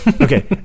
Okay